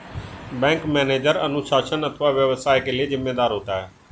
bank manager अनुशासन अथवा व्यवसाय के लिए जिम्मेदार होता है